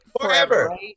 forever